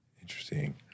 Interesting